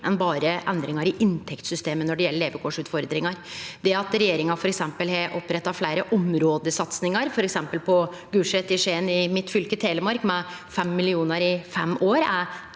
enn berre endringar i inntektssystemet når det gjeld levekårsutfordringar. Det at regjeringa f.eks. har oppretta fleire områdesatsingar, f.eks. på Gulset i Skien i mitt fylke Telemark med 5 mill. kr i fem år,